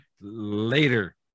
later